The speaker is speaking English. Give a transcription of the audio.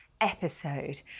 episode